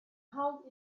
held